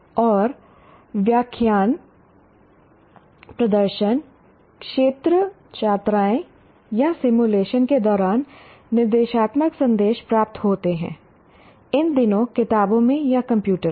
और व्याख्यान प्रदर्शन क्षेत्र यात्राएं या सिमुलेशन के दौरान निर्देशात्मक संदेश प्राप्त होते हैं इन दिनों किताबों में या कंप्यूटर पर